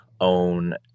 own